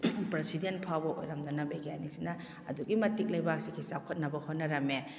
president ꯐꯥꯎꯕ ꯑꯣꯏꯔꯝꯗꯅ ꯕꯩꯒ꯭ꯌꯥꯟꯅꯤꯛꯁꯤꯅ ꯑꯗꯨꯛꯀꯤ ꯃꯇꯤꯛ ꯂꯩꯕꯥꯛꯁꯤꯒꯤ ꯆꯥꯎꯈꯠꯅꯕ ꯍꯣꯠꯅꯔꯝꯃꯦ